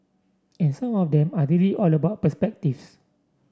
and some of them are really all about perspectives